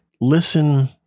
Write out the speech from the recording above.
Listen